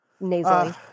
nasally